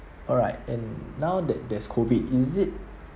alright and now that there's COVID is it